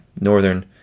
northern